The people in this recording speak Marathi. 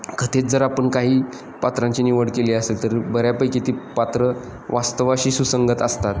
कथेत जर आपण काही पात्रांची निवड केली असेल तर बऱ्यापैकी ती पात्रं वास्तवाशी सुसंगत असतात